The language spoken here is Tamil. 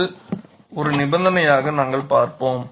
அதை ஒரு நிபந்தனையாக நாங்கள் பார்ப்போம்